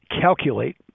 calculate